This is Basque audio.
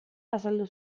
azaldu